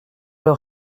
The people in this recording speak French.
leur